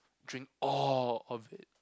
drink all of it